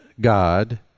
God